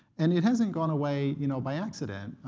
and it hasn't gone away you know by accident.